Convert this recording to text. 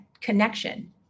connection